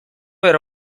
era